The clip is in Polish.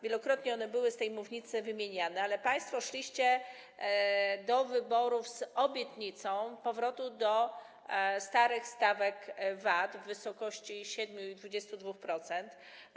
Wielokrotnie one były z tej mównicy wymieniane, ale państwo szliście do wyborów z obietnicą powrotu do starych stawek VAT - w wysokości 7% i 22%.